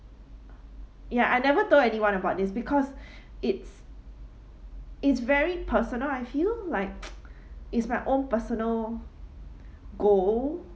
ya I never told anyone about this because it's it's very personal I feel like it's my own personal goal